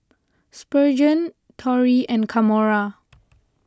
Spurgeon Torry and Kamora